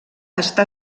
està